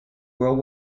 world